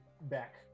back